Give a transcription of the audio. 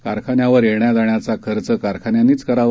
कारखान्यावर येण्या जाण्याचा खर्च कारखान्यांनी करावा